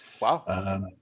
Wow